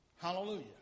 Hallelujah